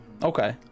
Okay